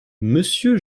monsieur